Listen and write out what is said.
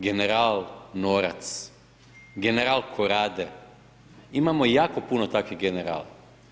General Norac, general Korade, imamo jako puno takvih generala.